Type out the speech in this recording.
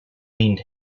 leaned